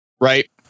right